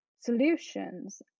solutions